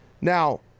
Now